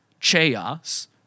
chaos